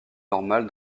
normale